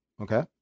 Okay